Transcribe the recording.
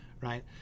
right